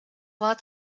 war